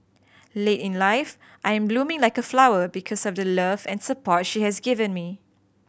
late in life I am blooming like a flower because of the love and support she has given me